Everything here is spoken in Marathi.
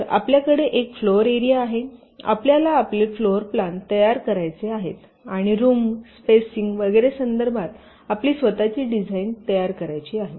तर आपल्याकडे एक फ्लोर एरिया आहे आपल्याला आपले फ्लोर प्लान तयार करायचे आहेत आणि रूम स्पॅसिंग वगैरे संदर्भात आपली स्वतःची डिझाइन तयार करायची आहे